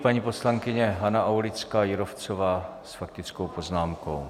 Paní poslankyně Hana Aulická Jírovcová s faktickou poznámkou.